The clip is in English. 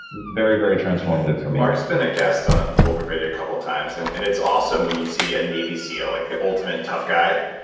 very, very transformative for me mark's been a guest on bulletproof radio a couple of times, and it's awesome when you see a navy seal, like the ultimate tough guy,